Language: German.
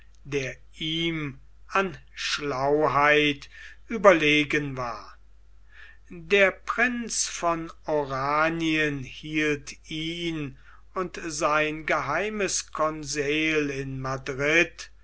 der ihm an schlauheit überlegen war der prinz von oranien hielt ihn und sein geheimes conseil in madrid